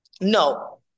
No